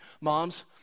Moms